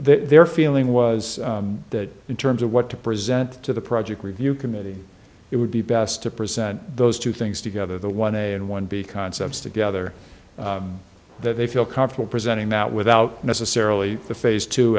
their feeling was that in terms of what to present to the project review committee it would be best to present those two things together the one a and one b concepts together that they feel comfortable presenting that without necessarily the phase t